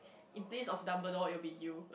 in place of Dumbledore it will be you